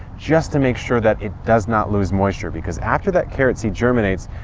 just to make sure that it does not lose moisture. because after that carrot seed germinates,